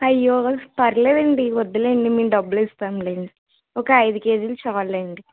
అయ్యో పర్లేదండి వద్దులేండి మేము డబ్బులు ఇస్తాంలేండి ఒక అయిదు కేజీలు చాలు అండి